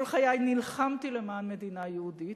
כל חיי נלחמתי למען מדינה יהודית.